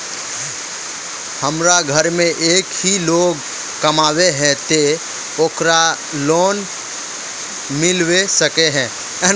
हमरा घर में एक ही लोग कमाबै है ते ओकरा लोन मिलबे सके है?